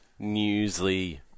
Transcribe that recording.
Newsly